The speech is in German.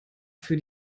für